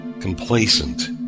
complacent